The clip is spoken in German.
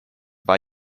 bei